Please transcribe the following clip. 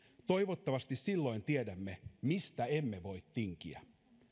toivottavasti silloin tiedämme mistä emme voi tinkiä